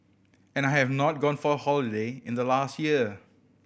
and I have not gone for a holiday in the last year